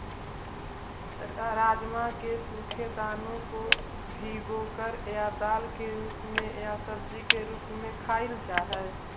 राजमा के सूखे दानों को भिगोकर या दाल के रूप में या सब्जी के रूप में खाईल जा हई